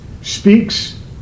speaks